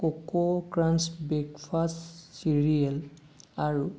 Koko Krunch breakfast cereal আৰু